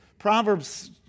Proverbs